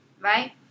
Right